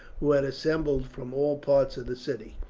who had assembled from all parts of the city.